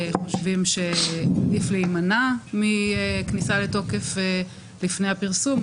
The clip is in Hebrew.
חושבים שעדיף להימנע מכניסה לתוקף לפני הפרסום,